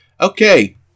Okay